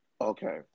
Okay